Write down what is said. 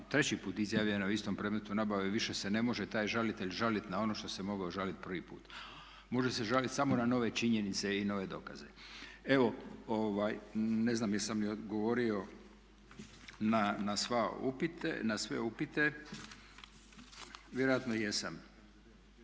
treći put izjavljena u istom predmetu nabave više se ne može taj žalitelj žaliti na ono što se mogao žaliti prvi puta. Može se žaliti samo na nove činjenice i nove dokaze. Evo ne znam jesam li odgovorio na sve upite. Vjerojatno jesam.